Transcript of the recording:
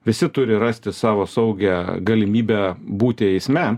visi turi rasti savo saugią galimybę būti eisme